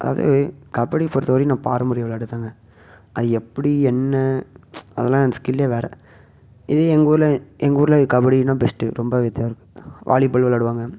அதுவே கபடி பொறுத்த வரையும் நான் பாரம்பரிய விளையாட்டு தாங்க அது எப்படி என்ன அதெல்லாம் அந்த ஸ்கில்லே வேற இதே எங்கூர்ல எங்கூர்ல கபடின்னால் பெஸ்ட்டு ரொம்பவே இதாக இருக்கும் வாலிபால் விளாயாடுவாங்க